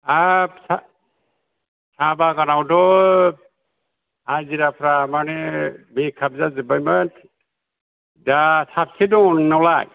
आच्चा साह बागानावथ' हाजिराफ्रा माने बेखार जाजोब्बायमोन दा साबैसे दङ नोंनावलाय